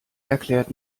erklärt